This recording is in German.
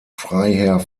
freiherr